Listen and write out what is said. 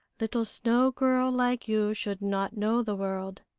little snow-girl like you should not know the world.